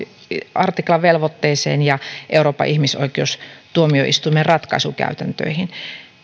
artiklan velvoitteeseen ja euroopan ihmisoikeustuomioistuimen ratkaisukäytäntöihin